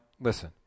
listen